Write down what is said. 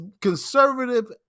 conservative